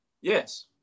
Yes